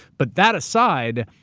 but that aside,